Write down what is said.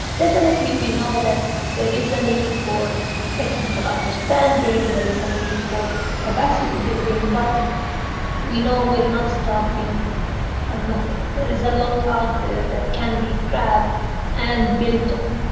definitely we know there is a need for technical understanding. there is a need for capacity building, but we know we are not starting from nothing. there is a lot out there that can be crafted and built on.